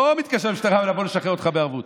לא מתקשר למשטרה לבוא לשחרר אותך בערבות,